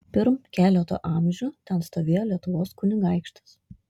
pirm keleto amžių ten stovėjo lietuvos kunigaikštis